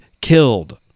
killed